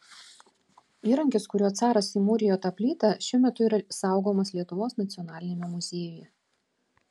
įrankis kuriuo caras įmūrijo tą plytą šiuo metu yra saugomas lietuvos nacionaliniame muziejuje